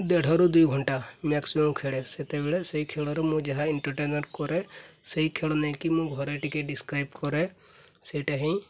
ଦେଢ଼ରୁ ଦୁଇ ଘଣ୍ଟା ମ୍ୟାକ୍ସିମମ୍ ଖେଳେ ସେତେବେଳେ ସେଇ ଖେଳରୁ ମୁଁ ଯାହା ଏଣ୍ଟର୍ଟେନ୍ର୍ କରେ ସେଇ ଖେଳ ନେଇକି ମୁଁ ଘରେ ଟିକେ ଡ଼େସ୍କ୍ରାଇବ୍ କରେ ସେଇଟା ହିଁ